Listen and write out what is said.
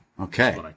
Okay